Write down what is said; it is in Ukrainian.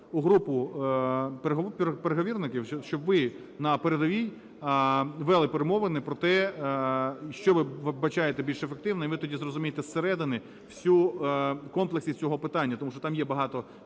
у групу переговірників, щоб ви на передовій вели перемовини про те, що ви вбачаєте більш ефективним, ви тоді зрозумієте зсередини всю… комплекс із цього питання, тому що там є багато